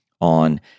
on